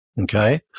Okay